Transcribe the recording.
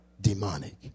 demonic